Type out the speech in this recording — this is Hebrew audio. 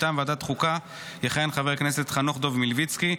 מטעם ועדת חוקה יכהן חבר הכנסת חנוך דב מלביצקי.